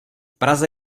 praze